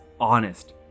honest